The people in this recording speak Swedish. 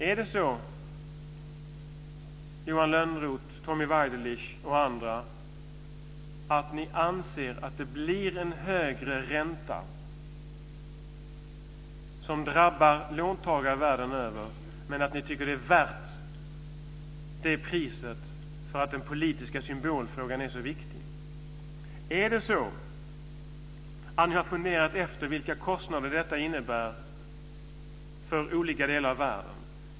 Är det så, Johan Lönnroth, Tommy Waidelich och andra, att ni anser att det blir en högre ränta som drabbar låntagare världen över men att ni tycker att det är värt det priset för att den politiska symboliken är så viktig? Har ni funderat på vilka kostnader detta innebär för olika delar av världen?